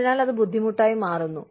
അതിനാൽ അത് ബുദ്ധിമുട്ടായി മാറുന്നു